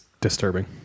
disturbing